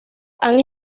han